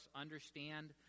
understand